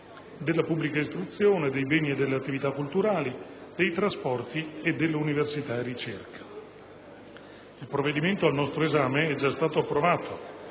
della pubblica istruzione, per i beni e le attività culturali, dei trasporti e dell'università e della ricerca. Il provvedimento al nostro esame è già stato approvato